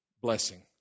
blessing